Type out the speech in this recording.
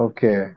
Okay